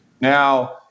Now